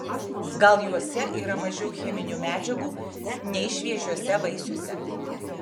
gal juose yra mažiau cheminių medžiagų nei šviežiuose vaisiuose